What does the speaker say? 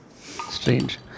Strange